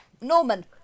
Norman